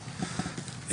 בספורט,